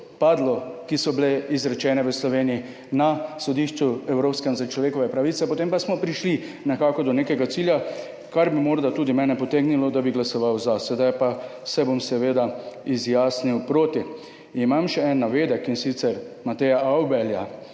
sodb, ki so bile izrečene v Sloveniji na Evropskem sodišču za človekove pravice, potem pa smo nekako prišli do cilja, kar bi morda tudi mene potegnilo, da bi glasoval za. Sedaj pa se bom seveda izjasnil proti. Imam še en navedek, in sicer Mateja Avblja,